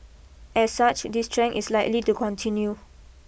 as such this trend is likely to continue